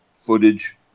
footage